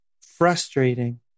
frustrating